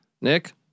Nick